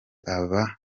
aba